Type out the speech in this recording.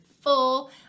full